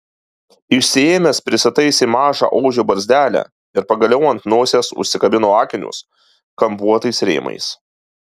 išsiėmęs prisitaisė mažą ožio barzdelę ir pagaliau ant nosies užsikabino akinius kampuotais rėmais